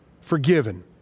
forgiven